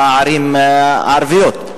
בערים הערביות.